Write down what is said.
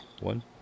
One